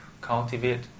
cultivate